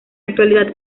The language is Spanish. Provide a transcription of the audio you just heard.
actualidad